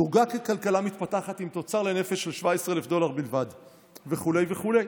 דורגה ככלכלה מתפתחת עם תוצר לנפש של 17,000 דולר בלבד וכו' וכו'?